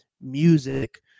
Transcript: music